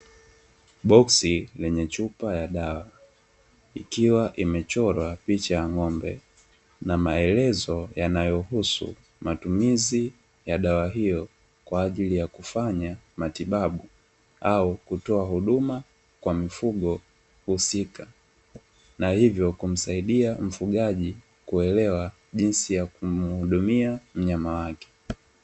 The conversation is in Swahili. Boksi lenye chupa ya dawa ikiwa imechorwa picha ya ng'ombe , na maelezo yanayohusu matumizi ya dawa hiyo, kwa ajili ya kufanya matibabu, au kutoa huduma kwa mifugo husika, na hivyo kumsaidia mfugaji kuelewa jinsi ya kumuhudumia mnyama wake.